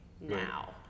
now